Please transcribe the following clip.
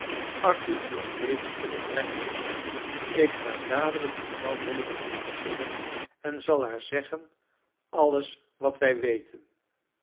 arthur om t leven kunnen brengen ik ga dadelijk mevrouw milligan opzoeken en zal haar zeggen alles wat wij weten